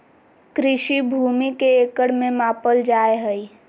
कृषि भूमि के एकड़ में मापल जाय हइ